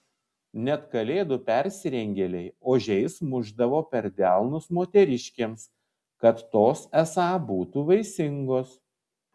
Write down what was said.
net kalėdų persirengėliai ožiais mušdavo per delnus moteriškėms kad tos esą būtų vaisingos